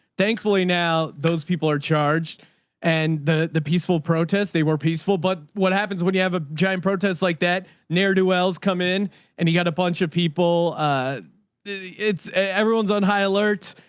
thankfully, now those people are charged and the, the peaceful protest, they were peaceful. but what happens when you have a giant protest like that? ne'er do wells come in and he got a bunch of people. ah it's everyone's on high alert,